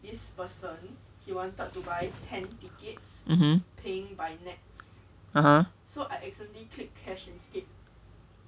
(uh huh)